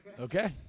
Okay